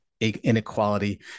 inequality